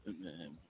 Man